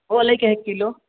ओ लैके हइ एक किलो